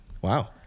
Wow